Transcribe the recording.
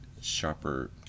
sharper